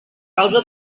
causa